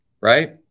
Right